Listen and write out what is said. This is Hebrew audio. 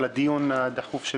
על הדיון הדחוף,